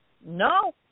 No